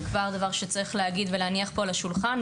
זה דבר שצריך להגיד ולהניח פה על השולחן.